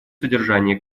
содержание